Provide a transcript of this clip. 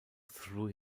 through